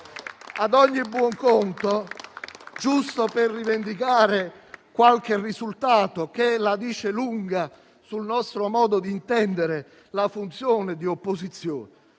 Ad ogni buon conto, giusto per rivendicare qualche risultato che la dice lunga sul nostro modo di intendere la funzione di opposizione,